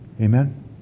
Amen